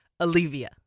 Olivia